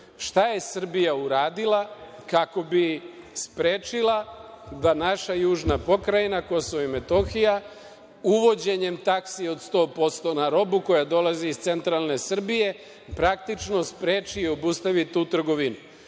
šta je Srbija uradila kako bi sprečila da naša južna pokrajina Kosovo i Metohija, uvođenjem taksi od 100% na robu koja dolazi iz centralne Srbije, praktično spreči i obustavi tu trgovinu. Mi